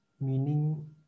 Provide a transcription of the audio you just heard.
Meaning